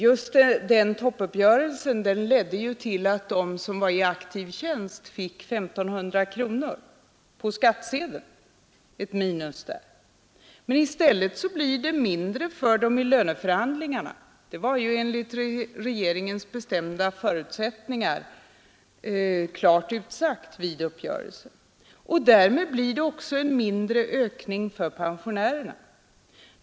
Just toppuppgörelsen ledde till att de som var i aktiv tjänst fick I 500 kronor mindre på skattsedeln. Men i stället blir det mindre för dem i löneförhandlingarna. Enligt regeringens bestämda förutsättningar blev detta klart utsagt vid uppgörelsen. Därmed blir det också en mindre ökning för pensionärerna.